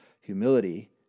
Humility